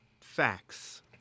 facts